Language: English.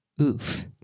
Oof